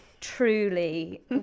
truly